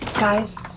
Guys